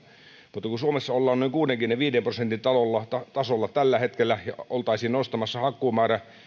mutta kun suomessa ollaan noin kuudenkymmenenviiden prosentin tasolla tällä hetkellä ja oltaisiin nostamassa hakkuumäärä